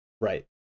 Right